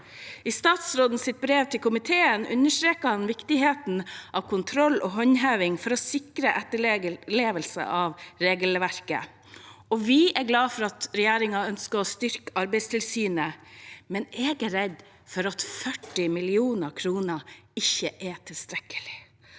I statsrådens brev til komiteen understreker han viktigheten av kontroll og håndheving for å sikre etterlevelse av regelverket. Vi er glad for at regjeringen ønsker å styrke Arbeidstilsynet, men jeg er redd for at 40 mill. kr ikke er tilstrekkelig.